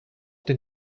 den